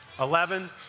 Eleven